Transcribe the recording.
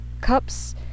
Cups